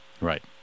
Right